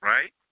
Right